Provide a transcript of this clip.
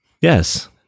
Yes